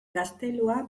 gaztelua